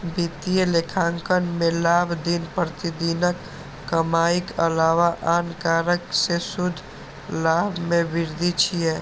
वित्तीय लेखांकन मे लाभ दिन प्रतिदिनक कमाइक अलावा आन कारण सं शुद्ध लाभ मे वृद्धि छियै